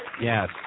Yes